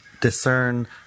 discern